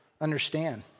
understand